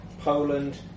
Poland